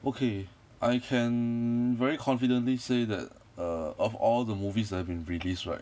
okay I can very confidently say that err of all the movies that have been released right